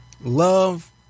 love